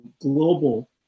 global